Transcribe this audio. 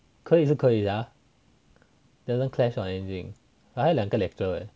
可以是可以的啊 doesn't clash or anything !wah! 还有两个 lecture eh